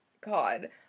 God